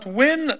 win